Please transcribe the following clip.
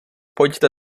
pojďte